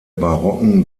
barocken